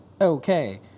Okay